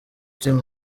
team